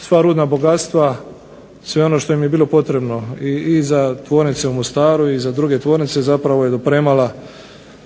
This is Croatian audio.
sva rudna bogatstva sve ono što je bilo potrebno za tvornice u Mostaru i za druge tvornice zapravo je